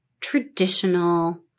traditional